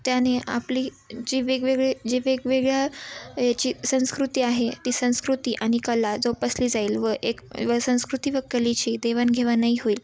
त्याने आपली जी वेगवेगळी जी वेगवेगळ्या याची संस्कृती आहे ती संस्कृती आणि कला जोपसली जाईल व एक व संस्कृती व कलेची देवाणघेवाणही होईल